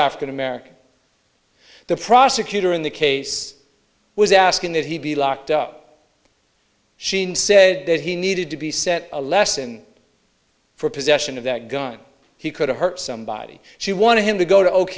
african american the prosecutor in the case was asking that he be locked up she said that he needed to be set a lesson for possession of that gun he could hurt somebody she wanted him to go to oak